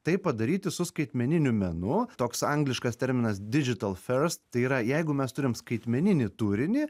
tai padaryti su skaitmeniniu menu toks angliškas terminas digital ferst tai yra jeigu mes turim skaitmeninį turinį